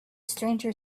stranger